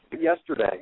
yesterday